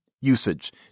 usage